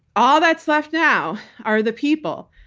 all that's left now are the people,